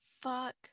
fuck